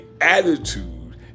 attitude